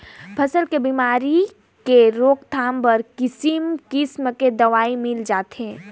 फसल के बेमारी के रोकथाम बर किसिम किसम के दवई मिल जाथे